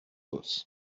fausses